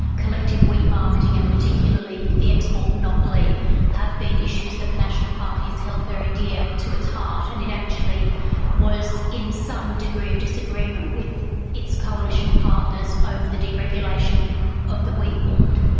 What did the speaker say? collective wheat marketing and particularly the export monopoly have been issues that the national party has held very dear to its heart, and it actually was to some degree of disagreement with its coalition partners over the deregulation of the wheat board.